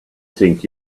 think